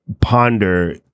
ponder